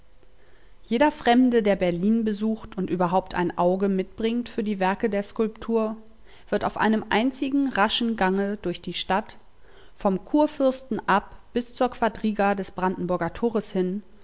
jeder fremde der berlin besucht und überhaupt ein auge mitbringt für die werke der skulptur wird auf einem einzigen raschen gange durch die stadt vom kurfürsten ab bis zur quadriga des brandenburger tores hin